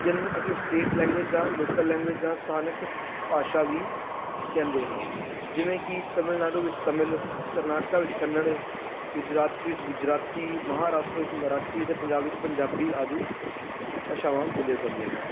ਜਿਨਾਂ ਨੂੰ ਅਸੀਂ ਸਟੇਟ ਲੈਂਗੁਏਜ ਜਾਂ ਲੋਕਲ ਲੈਂਗੁਏਜ ਜਾਂ ਸਥਾਨਕ ਭਾਸ਼ਾ ਵੀ ਕਹਿੰਦੇ ਹਾਂ ਜਿਵੇਂ ਕਿ ਤਮਿਲਨਾਡੂ ਵਿੱਚ ਤਮਿਲ ਕਰਨਾਟਕਾ ਵਿੱਚ ਕੰਨੜ ਗੁਜਰਾਤ ਵਿੱਚ ਗੁਜਰਾਤੀ ਮਹਾਰਾਸ਼ਟਰ ਵਿੱਚ ਮਰਾਠੀ ਅਤੇ ਪੰਜਾਬ ਵਿੱਚ ਪੰਜਾਬੀ ਆਦਿ ਭਾਸ਼ਾਵਾਂ ਬੋਲੀਆਂ ਜਾਂਦੀਆਂ ਹਨ